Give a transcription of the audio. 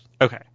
Okay